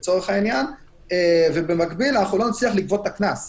ובמקביל לא נצליח לגבות את הקנס.